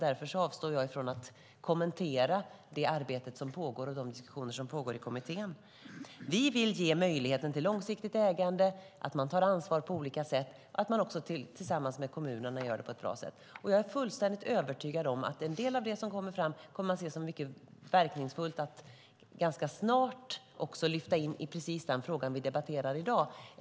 Därför avstår jag från att kommentera det arbete och de diskussioner som pågår i kommittén. Vi vill ge möjlighet till långsiktigt ägande, att man tar ansvar på olika sätt och att man också tillsammans med kommunerna gör det på ett bra sätt. Jag är fullständigt övertygad om att en del av det som kommer fram kommer man att se som mycket verkningsfullt att ganska snart lyfta in i precis den fråga vi debatterar i dag.